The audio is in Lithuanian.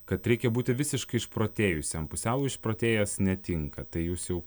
kad reikia būti visiškai išprotėjusiam pusiau išprotėjęs netinka tai jūs jau